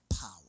power